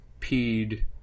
peed